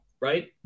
right